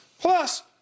Plus